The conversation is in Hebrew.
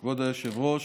בסדר-היום,